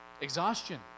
Exhaustion